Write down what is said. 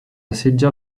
desitja